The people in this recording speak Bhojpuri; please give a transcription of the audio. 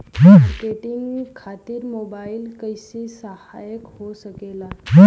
मार्केटिंग खातिर मोबाइल कइसे सहायक हो सकेला?